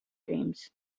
dreams